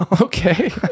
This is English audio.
Okay